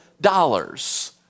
dollars